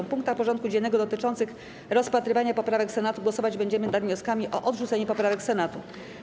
W punktach porządku dziennego dotyczących rozpatrywania poprawek Senatu głosować będziemy nad wnioskami o odrzucenie poprawek Senatu.